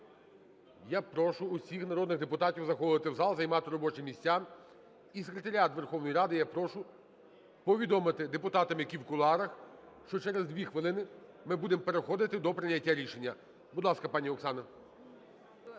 Я прошу усіх народних депутатів заходити в зал, займати робочі місця. І секретаріат Верховної Ради я прошу повідомити депутатам, які в кулуарах, що через 2 хвилини ми будемо переходити до прийняття рішення. Будь ласка, пані Оксана.